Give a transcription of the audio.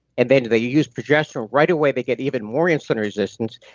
and then they use progesterone, right away they get even more insulin resistance,